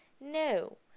No